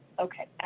Okay